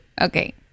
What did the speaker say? okay